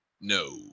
No